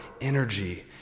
energy